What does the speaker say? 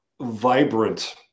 vibrant